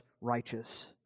righteous